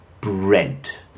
Brent